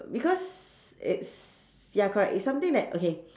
because it's ya correct it's something that okay